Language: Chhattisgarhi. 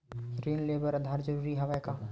ऋण ले बर आधार जरूरी हवय का?